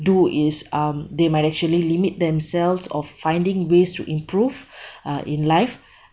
do is um they might actually limit themselves of finding ways to improve uh in life